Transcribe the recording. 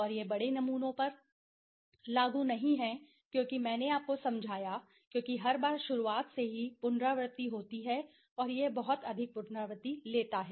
और यह बड़े नमूनों पर लागू नहीं है क्योंकि मैंने आपको समझाया क्योंकि हर बार शुरुआत से ही पुनरावृत्ति होती है और यह बहुत अधिक पुनरावृत्ति लेता है